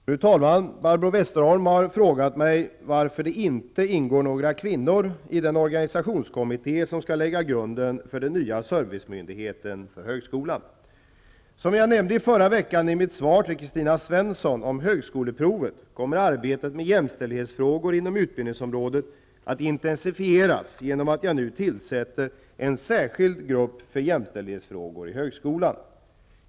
Fru talman! Barbro Westerholm har frågat mig varför det inte ingår några kvinnor i den organisationskommitté som skall lägga grunden för den nya servicemyndigheten för högskolan m.m. Som jag nämnde förra veckan i mitt svar till Kristina Svensson om högskoleprovet kommer arbetet med jämställdhetsfrågor inom utbildningsområdet att intensifieras genom att jag nu tillsätter en särskild grupp för jämställdhetsfrågor i högskolan.